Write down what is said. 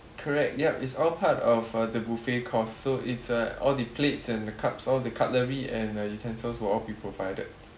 correct yup it's all part of uh the buffet cost so it's uh all the plates and the cups all the cutlery and uh utensils will all be provided